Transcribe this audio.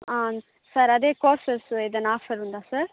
sir అదే courses ఏదన్నా offer ఉందా సార్